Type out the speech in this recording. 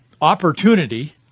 opportunity